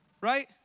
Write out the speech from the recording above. Right